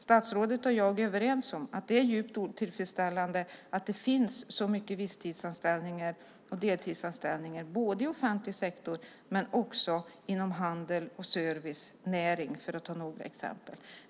Statsrådet och jag är överens om att det är djupt otillfredsställande att det finns så många visstids och deltidsanställningar både i offentlig sektor och i handels och servicenäringarna - för att ta några exempel.